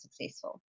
successful